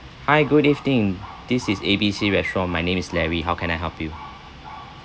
hi good evening this is A B C restaurant my name is larry how can I help you